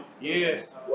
Yes